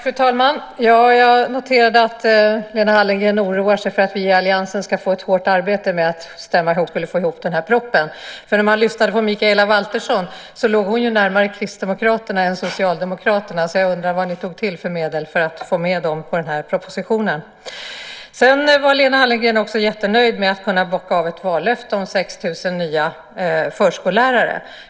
Fru talman! Jag noterade att Lena Hallengren oroar sig för att vi i alliansen ska få ett hårt arbete med att stämma ihop vårt program. Jag förstår att det bygger på egen erfarenhet av att få ihop den här propositionen. När man lyssnade på Mikaela Valtersson låg hon ju närmare Kristdemokraterna än Socialdemokraterna. Jag undrar vad ni tog till för medel för att få med miljöpartisterna på den här propositionen. Lena Hallengren var också jättenöjd med att kunna bocka av ett vallöfte om 6 000 nya förskollärare.